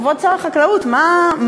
כבוד שר החקלאות: מה הרבותא?